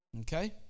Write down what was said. okay